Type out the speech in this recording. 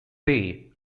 bey